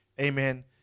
amen